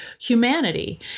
humanity